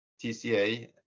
TCA